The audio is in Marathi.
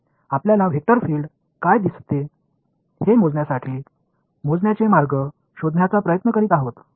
आपल्याला वेक्टर फील्ड काय दिसते हे मोजण्यासाठी मोजण्याचे मार्ग शोधण्याचा प्रयत्न करीत आहोत